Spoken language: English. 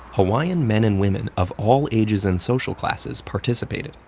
hawaiian men and women of all ages and social classes participated,